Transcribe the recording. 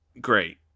Great